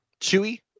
Chewy